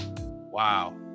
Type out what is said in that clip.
wow